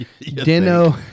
Dino